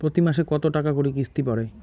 প্রতি মাসে কতো টাকা করি কিস্তি পরে?